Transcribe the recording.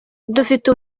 dufite